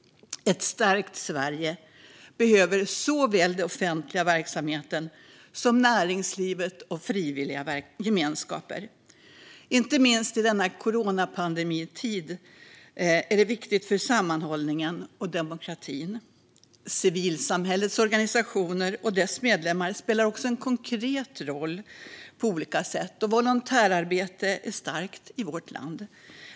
Ett starkt Sverige behöver såväl den offentliga verksamheten som näringslivet och frivilliga gemenskaper. Inte minst i denna coronapandemitid är det viktigt för sammanhållningen och demokratin. Civilsamhällets organisationer och deras medlemmar spelar också en konkret roll på olika sätt. Volontärarbetet är starkt i vårt land.